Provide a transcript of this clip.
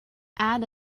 add